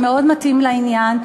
זה מאוד מתאים לעניין,